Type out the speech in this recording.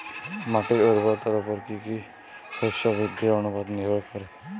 মাটির উর্বরতার উপর কী শস্য বৃদ্ধির অনুপাত নির্ভর করে?